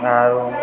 ଆଉ